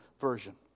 version